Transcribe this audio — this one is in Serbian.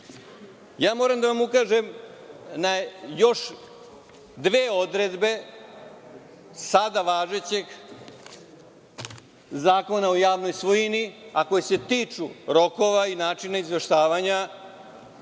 da vam ukažem na još dve odredbe Zakona o javnoj svojini, a koje se tiču rokova i načina izveštavanja,